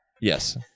Yes